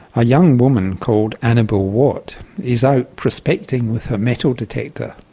a young woman called annabel watt is out prospecting with her metal detector,